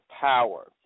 power